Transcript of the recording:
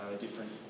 Different